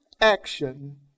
action